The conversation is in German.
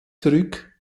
zurück